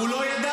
הוא לא ידע.